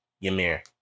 Ymir